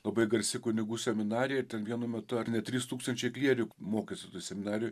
labai garsi kunigų seminarija ten vienu metu ar ne trys tūkstančiai klierikų mokėsi toj seminarijoj